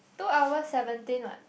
two hours seventeen what